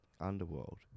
underworld